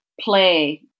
play